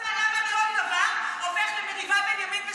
השאלה שלי היא מאוד פשוטה: למה כל דבר הופך למריבה בין ימין ושמאל?